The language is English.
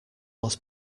lost